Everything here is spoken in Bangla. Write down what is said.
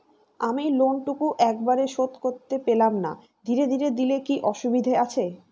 আমি লোনটুকু একবারে শোধ করতে পেলাম না ধীরে ধীরে দিলে কি অসুবিধে আছে?